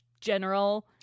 general